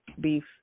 beef